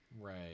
Right